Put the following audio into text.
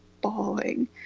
bawling